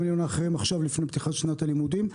המיליון האחרים עכשיו לפני פתיחת שנת הלימודים.